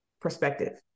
perspective